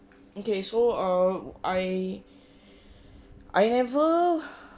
okay so err I I never